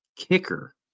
Kicker